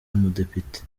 umudepite